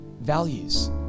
values